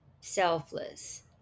selfless